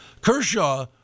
Kershaw